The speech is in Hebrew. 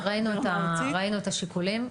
כן, ראינו את השיקולים.